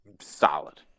solid